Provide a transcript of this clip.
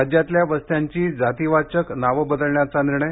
राज्यातल्या वस्त्यांची जातीवाचक नावं बदलण्याचा निर्णय